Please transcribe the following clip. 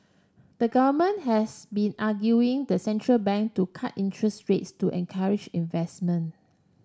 the government has been arguing the central bank to cut interest rates to encourage investment